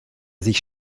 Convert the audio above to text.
sich